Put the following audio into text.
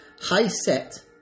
high-set